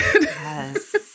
Yes